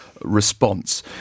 response